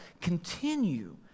continue